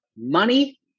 money